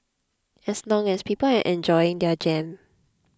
as long as people are enjoying their jam